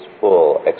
full